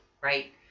right